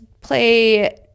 play